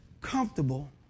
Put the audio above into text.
comfortable